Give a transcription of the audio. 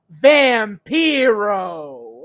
Vampiro